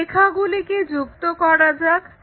এই রেখাগুলিকে যুক্ত করা যাক